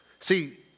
See